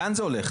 לאן זה הולך?